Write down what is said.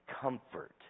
comfort